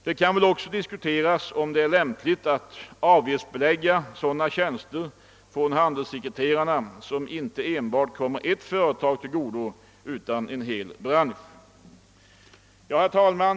Det kan väl också diskuteras om det är lämpligt att avgiftsbelägga sådana tjänster från handelssekreterarna som inte kommer enbart ett företag till godo utan en hel bransch. Herr talman!